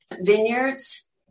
vineyards